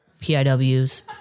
PIWs